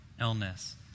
illness